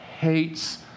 hates